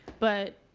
but